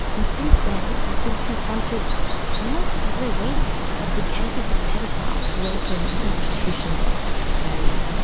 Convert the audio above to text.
and since then, we've been confronted almost every week with cases of paedophiles working in institutions across australia,